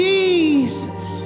Jesus